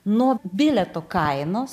nuo bilietų kainos